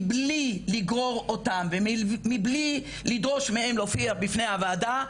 מבלי לגרור אותם ומבלי לדרוש מהן להופיע בפניי הוועדה,